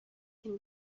can